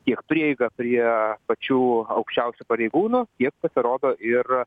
tiek prieiga prie pačių aukščiausių pareigūnų tiek pasirodo ir